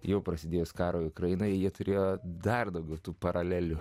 jau prasidėjus karui ukrainoje jie turėjo dar daugiau tų paralelių